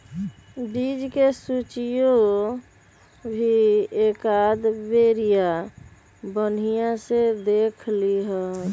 बीज के सूचियो भी एकाद बेरिया बनिहा से देख लीहे